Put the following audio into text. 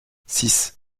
six